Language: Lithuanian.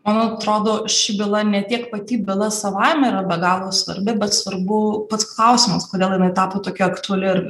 man atrodo ši byla ne tiek pati byla savaime yra be galo svarbi bet svarbu pats klausimas kodėl jinai tapo tokia aktuali ir